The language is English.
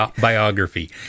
biography